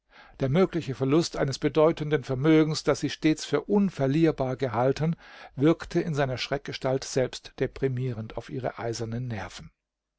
der mögliche verlust eines bedeutenden vermögens das sie stets für unverlierbar gehalten wirkte in seiner schreckgestalt selbst deprimierend auf ihre eisernen nerven